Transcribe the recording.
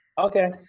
Okay